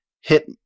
hit